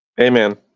Amen